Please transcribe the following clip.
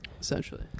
Essentially